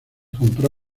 compró